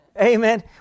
Amen